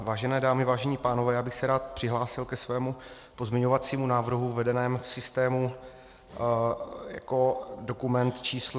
Vážené dámy, vážení pánové, já bych se rád přihlásil ke svému pozměňovacímu návrhu vedenému v systému jako dokument č. 1932.